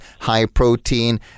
high-protein